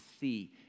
see